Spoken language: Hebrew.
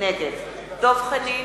נגד דב חנין,